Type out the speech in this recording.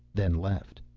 then left.